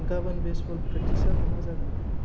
गाबोन बेसबल प्रेकटिसआ बहा जागोन